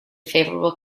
favorable